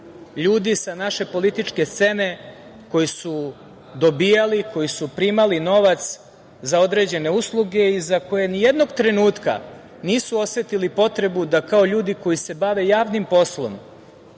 ljudi sa naše političke scene koji su dobijali, koji su primali novac za određene usluge i koji nijednog trenutka nisu osetili potrebu da, kao ljudi koji se bave javnim poslom,